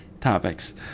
topics